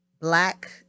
black